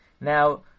Now